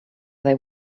they